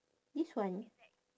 this one